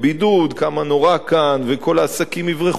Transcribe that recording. כמה נורא כאן וכל העסקים יברחו מכאן,